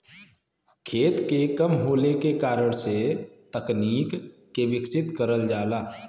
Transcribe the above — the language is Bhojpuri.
खेत के कम होले के कारण से तकनीक के विकसित करल जाला